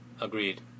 Agreed